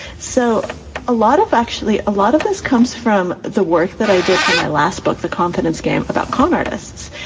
so a lot of actually a lot of this comes from the work that i did for my last book, the confidence game about con artists,